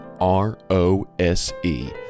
R-O-S-E